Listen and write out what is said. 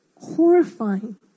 horrifying